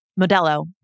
Modelo